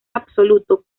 absoluto